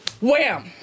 wham